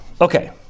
Okay